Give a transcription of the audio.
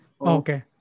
Okay